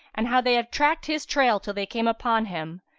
and how they had tracked his trail till they came upon him.